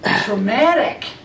traumatic